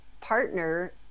partner